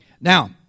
Now